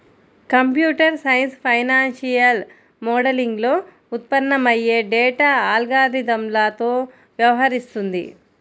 computer science financial మోడలింగ్లో ఉత్పన్నమయ్యే data అల్గారిథమ్లతో వ్యవహరిస్తుంది